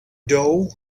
dough